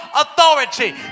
authority